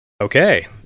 Okay